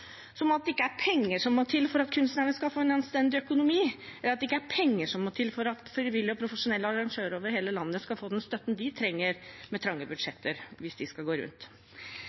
Som om det ikke er penger som må til for at kunstnerne skal få en anstendig økonomi, eller at det ikke er penger som må til for at frivillige og profesjonelle arrangører over hele landet med trange budsjetter skal få den støtten de trenger for at det skal gå rundt!